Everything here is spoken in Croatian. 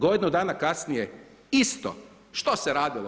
Godinu dana kasnije isto što se radilo?